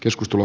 keskustelu